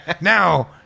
Now